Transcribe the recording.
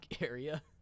area